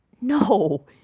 No